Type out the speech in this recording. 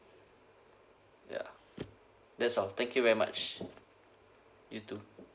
ya that's all thank you very much you too